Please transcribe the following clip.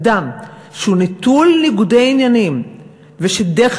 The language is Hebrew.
אדם שהוא נטול ניגודי עניינים ושדרך